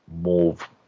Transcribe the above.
move